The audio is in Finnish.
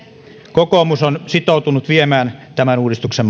kokoomus on sitoutunut viemään tämän uudistuksen